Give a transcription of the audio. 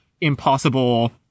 impossible